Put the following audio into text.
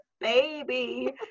baby